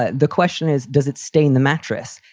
ah the question is, does it stay in the mattress?